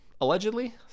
Allegedly